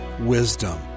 wisdom